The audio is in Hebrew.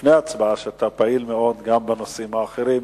לפני ההצבעה, שאתה פעיל מאוד גם בנושאים האחרים